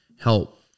help